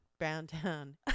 Browntown